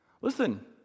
Listen